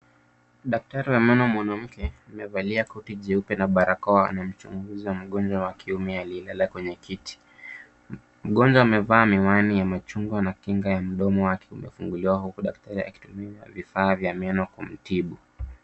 Daktari wa meno mwanamke amevalia koti jeupe na barakoa na anamchunguza mgonjwa wa kiume aliyelala kwenye kiti, mgonjwa amevaa miwani ya machungwa na kinga ya mdomo wake umefunguliwa huku daktari akitumia vifaa vya meno kumtibu.